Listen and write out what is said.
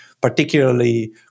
particularly